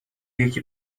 یکی